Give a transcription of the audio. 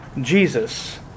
Jesus